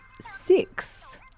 six